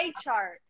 chart